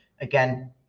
again